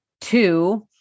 Two